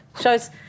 Shows